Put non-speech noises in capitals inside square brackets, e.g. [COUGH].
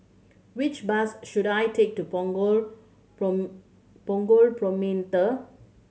which bus should I take to Punggol [UNINTELLIGIBLE] Promenade